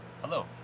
Hello